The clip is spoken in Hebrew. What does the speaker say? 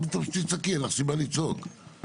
גם אין לך סיבה לצעוק.